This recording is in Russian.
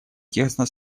тесно